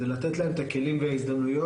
זה לתת להם את הכלים וההזדמנויות.